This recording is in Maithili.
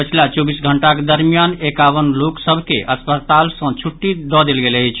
पछिला चौबीस घंटाक दरमियान एकावन लोक सभ के अस्पताल सँ छुट्टी देल गेल अछि